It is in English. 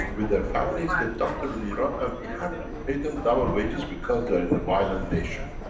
with their families, they dumped them in iran, and we had to pay them double wages, because they're in a violent nation.